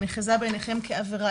נחזה בעינכם כעבירה,